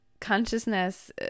consciousness